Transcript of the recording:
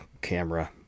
camera